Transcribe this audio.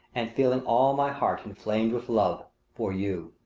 and feeling all my heart inflamed with love for you,